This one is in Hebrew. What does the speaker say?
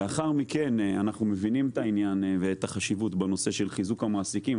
אנחנו מבינים את העניין ואת החשיבות בנושא של חיזוק המעסיקים,